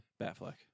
Batfleck